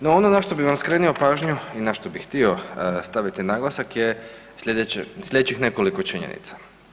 No, ono na što bi vam skrenuo pažnju i na što bih htio staviti naglasak je sljedećih nekoliko činjenica.